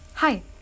Hi